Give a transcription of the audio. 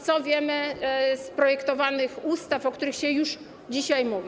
Co wiemy z projektowanych ustaw, o których się już dzisiaj mówi?